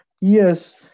Yes